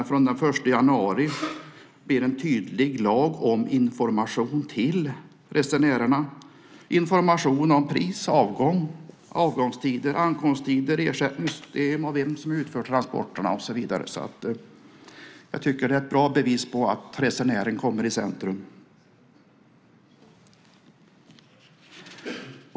Den 1 januari blir det en tydlig lag om information till resenärerna, information om pris, avgångstider, ankomsttider, ersättningssystem, vem som utför transporterna och så vidare. Jag tycker att det är ett bra bevis på att resenären kommer i centrum.